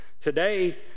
Today